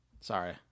Sorry